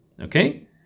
okay